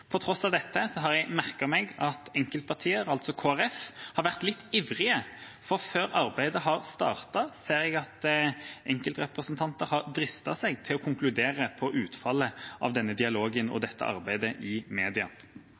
På tross av dette har jeg merket meg at enkeltpartier, altså Kristelig Folkeparti, har vært litt ivrige, for før arbeidet har startet, ser jeg at enkeltrepresentanter har dristet seg til å konkludere på utfallet av denne dialogen og dette arbeidet i media.